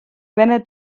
vene